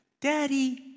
Daddy